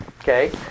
okay